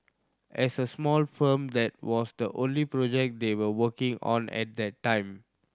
as a small firm that was the only project they were working on at that time